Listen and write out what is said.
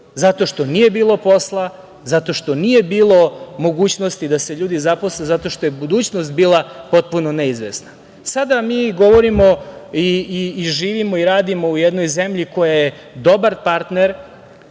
smrti, jer nije bilo posla, nije bilo mogućnosti da se ljudi zaposle jer je budućnost bila potpuno neizvesna. Sada mi govorimo i živimo i radimo u jednoj zemlji koja je dobar partner